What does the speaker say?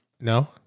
No